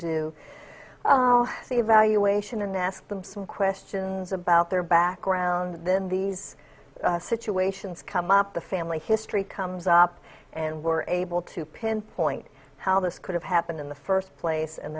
the evaluation ask them some questions about their background then these situations come up the family history comes up and we're able to pinpoint how this could have happened in the first place and